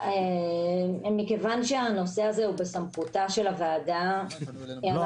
מכיוון שהנושא הזה הוא בסמכותה של הוועדה אנחנו --- לא,